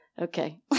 okay